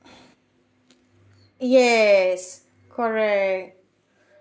yes correct